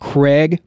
Craig